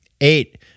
Eight